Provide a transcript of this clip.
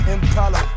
Impala